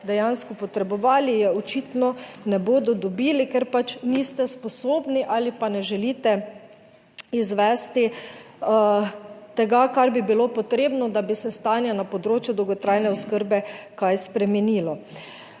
dejansko potrebovali, je očitno ne bodo dobili, ker pač niste sposobni ali pa ne želite izvesti tega, kar bi bilo potrebno, da bi se stanje na področju dolgotrajne oskrbe kaj spremenilo.